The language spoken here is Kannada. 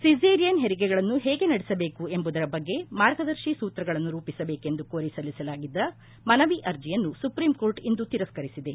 ಸಿಜ಼ೀರಿಯನ್ ಹೆರಿಗೆಗಳನ್ನು ಹೇಗೆ ನಡೆಸಬೇಕು ಎಂಬುದರ ಬಗ್ಗೆ ಮಾರ್ಗದರ್ಶಿ ಸೂತ್ರಗಳನ್ನು ರೂಪಿಸಬೇಕೆಂದು ಕೋರಿ ಸಲ್ಲಿಸಲಾಗಿದ್ದ ಮನವಿ ಅರ್ಜಿಯನ್ನು ಸುಪ್ರೀಂಕೋರ್ಟ್ ಇಂದು ತಿರಸ್ಕರಿಸಿದೆ